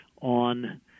on